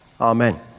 Amen